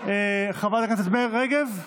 חברת הכנסת מירי רגב?